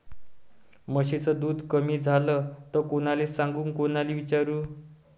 म्हशीचं दूध कमी झालं त कोनाले सांगू कोनाले विचारू?